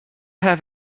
have